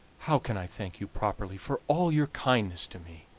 how can i thank you properly for all your kindness to me?